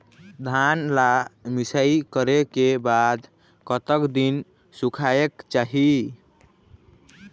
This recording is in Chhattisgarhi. धान ला मिसाई करे के बाद कतक दिन सुखायेक चाही?